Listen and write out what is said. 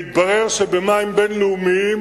התברר שבמים בין-לאומיים,